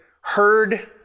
heard